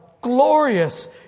glorious